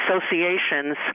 associations